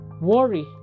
worry